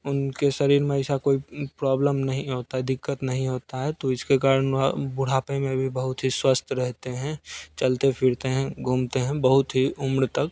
उनके शरीर में ऐसा कोई प्रॉब्लम नहीं होता है दिक़्क़त नहीं होता है तो इसके कारण वह बुढ़ापे में भी बहुत ही स्वस्थ रहते हैं चलते फिरते हैं घूमते हैं बहुत ही उम्र तक